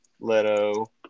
Leto